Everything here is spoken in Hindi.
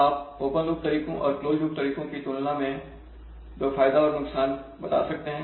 आप ओपन लूप तरीकों का क्लोज लूप तरीकों की तुलना में दो फायदा और नुकसान बता सकते हैं